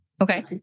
okay